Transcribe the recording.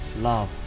love